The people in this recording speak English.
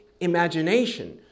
imagination